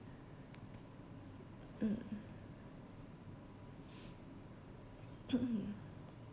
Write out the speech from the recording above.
mm